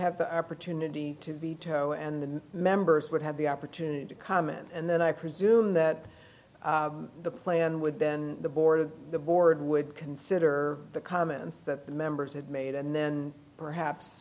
have the opportunity to veto and the members would have the opportunity to comment and then i presume that the plan would then the board of the board would consider the comments that members had made and then perhaps